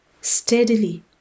Steadily